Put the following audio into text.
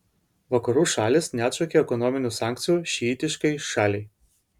vakarų šalys neatšaukė ekonominių sankcijų šiitiškai šaliai